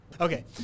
Okay